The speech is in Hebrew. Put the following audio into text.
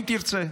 אם תרצה,